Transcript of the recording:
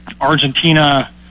Argentina